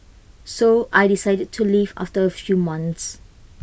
so I decided to leave after A few months